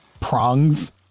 Prongs